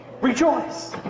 Rejoice